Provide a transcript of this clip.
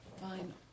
Fine